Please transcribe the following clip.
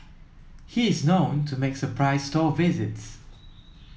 he is known to make surprise store visits